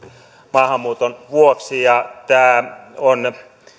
maahanmuuton vuoksi ja tämä on